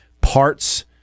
parts